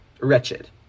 wretched